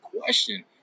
question